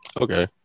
Okay